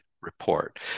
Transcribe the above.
report